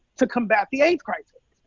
to combat the aids crisis.